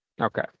Okay